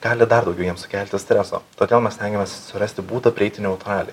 gali dar daugiau jiems sukelti streso todėl mes stengiamės surasti būdą prieiti neutraliai